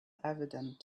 evident